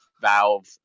Valve